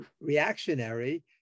reactionary